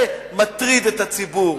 זה מטריד את הציבור,